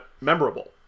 memorable